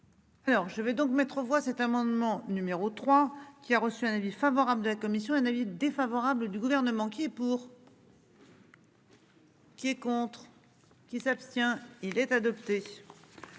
Alors je vais donc mettre aux voix cet amendement numéro 3 qui a reçu un avis favorable de la commission un avis défavorable du gouvernement qui est pour. Qui est contre qui s'abstient. Il est adopté.